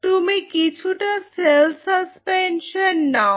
তুমি কিছুটা cell suspension নাও